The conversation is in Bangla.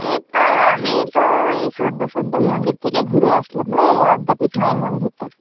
এইত্তো আমি তো এই সদ্য সদ্য মন্দির থেকে ঘুরে আসলাম রে আদ্যাপীঠ মায়ের মন্দির থেকে